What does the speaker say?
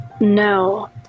No